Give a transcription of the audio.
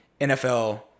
NFL